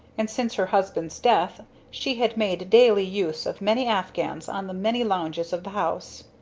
and since her husband's death she had made daily use of many afghans on the many lounges of the house.